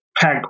pack